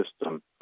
system